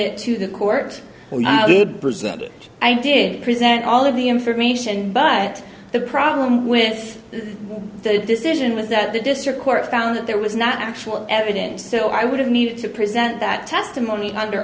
it to the court or not the brazil bit i did present all of the information but the problem with the decision was that the district court found that there was not actual evidence so i would need to present that testimony under